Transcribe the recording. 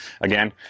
again